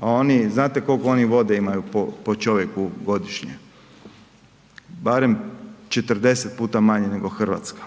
Oni, znate koliko oni vode imaju po čovjeku godišnje? Barem 40 puta manje nego Hrvatska.